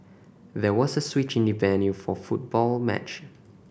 there was a switch in the venue for football match